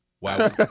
Wow